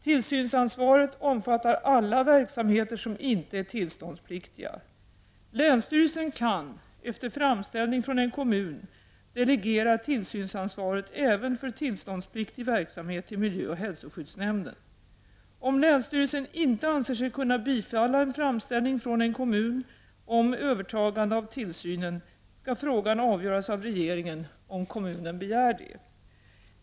Tillsynsansvaret omfattar alla verksamheter som inte är tillståndspliktiga. Länsstyrelsen kan efter framställning från en kommun delegera tillsynsansvaret även för tillståndspliktig verksamhet till miljöoch hälsoskyddsnämnden. Om länsstyrelsen inte anser sig kunna bifalla en framställning från en kommun om övertagande av tillsynen skall frågan avgöras av regeringen om kommunen begär det.